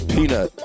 Peanut